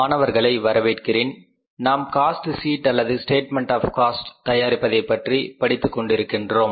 மாணவர்களை வரவேற்கிறேன் நாம் காஸ்ட் ஷீட் அல்லது ஸ்டேட்மெண்ட் ஆப் காஸ்ட் தயாரிப்பதை பற்றி படித்துக் கொண்டிருக்கின்றோம்